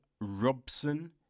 Robson